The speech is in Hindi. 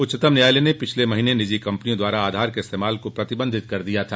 उच्चतम न्यायालय ने पिछले महीने निजी कंपनियों द्वारा आधार के इस्तेमाल को प्रतिबंधित कर दिया था